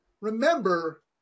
Remember